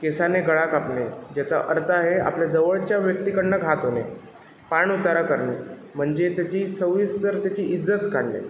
केसाने गळा कापणे ज्याचा अर्थ आहे आपल्या जवळच्या व्यक्तीकडनं घात होणे पाणउतारा करणे म्हणजे त्याची सविस्तर त्याची इज्जत काढणे